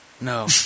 No